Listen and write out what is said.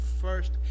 first